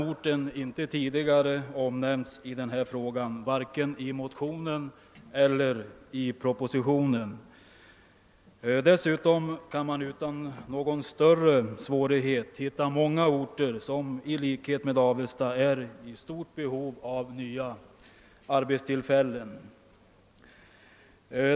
Orten har ju inte nämnts vare sig i motionen eller i propositionen. Dessutom kan man utan större svårighet hitta många orter som i likhet med Avesta är i stort behov av nya arbetstillfällen.